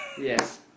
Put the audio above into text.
Yes